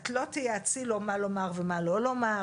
את לא תייעצי לו מה לומר ומה לא לומר.